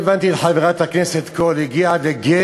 עומדות לרשותך שלוש דקות.